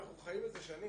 אנחנו חיים את זה שנים.